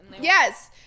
Yes